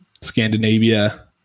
Scandinavia